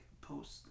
post